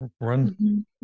Run